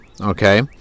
okay